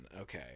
Okay